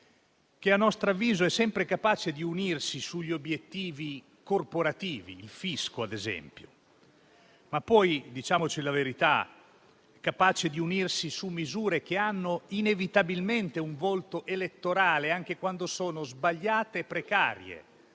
che - a nostro avviso - è sempre capace di unirsi sugli obiettivi corporativi (il fisco, ad esempio) e - diciamoci la verità - su misure che hanno inevitabilmente un volto elettorale, anche quando sono sbagliate e precarie.